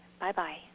bye-bye